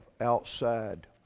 outside